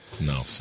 No